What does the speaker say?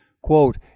Quote